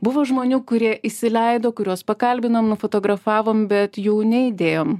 buvo žmonių kurie įsileido kuriuos pakalbinom nufotografavom bet jų neįdėjom